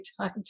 time